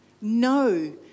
No